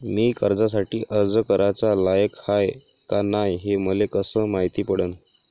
मी कर्जासाठी अर्ज कराचा लायक हाय का नाय हे मले कसं मायती पडन?